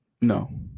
no